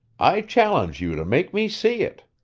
i challenge you to make me see it